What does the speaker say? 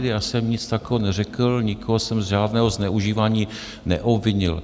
Já jsem nic takového neřekl, nikoho jsem z žádného zneužívání neobvinil.